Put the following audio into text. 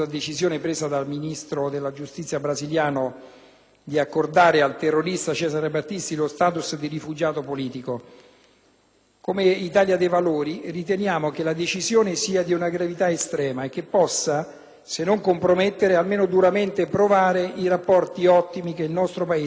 di accordare al terrorista Cesare Battisti lo *status* di rifugiato politico. Come Italia dei Valori, riteniamo che la decisione sia di una gravità estrema e che possa, se non compromettere, almeno duramente provare i rapporti ottimi che il nostro Paese ha costantemente intrattenuto con il Brasile.